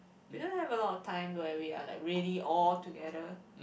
we don't have a lot of time where we are like really all together